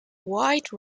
wide